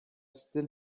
still